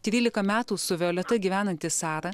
trylika metų su violeta gyvenanti sara